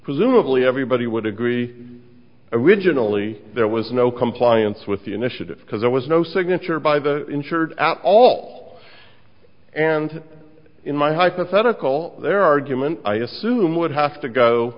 presumably everybody would agree originally there was no compliance with the initiative because there was no signature by the insured at all and in my hypothetical their argument i assume would have to go